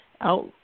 out